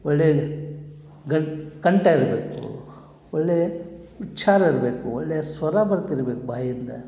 ಒಳ್ಳೆಯದು ಗಂಟ್ ಕಂಠ ಇರಬೇಕು ಒಳ್ಳೆಯ ವಿಚಾರ ಇರಬೇಕು ಒಳ್ಳೆಯ ಸ್ವರ ಬರ್ತಿರ್ಬೇಕು ಬಾಯಿಂದ